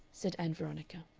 said ann veronica.